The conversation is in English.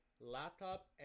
laptop